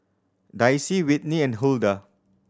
Dicy Whitney and Huldah